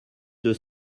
deux